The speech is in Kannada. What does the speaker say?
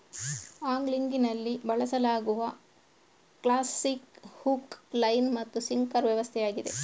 ಆಂಗ್ಲಿಂಗಿನಲ್ಲಿ ಬಳಸಲಾಗುವ ಕ್ಲಾಸಿಕ್ ಹುಕ್, ಲೈನ್ ಮತ್ತು ಸಿಂಕರ್ ವ್ಯವಸ್ಥೆಯಾಗಿದೆ